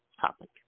topic